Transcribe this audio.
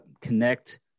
connect